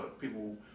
people